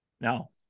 No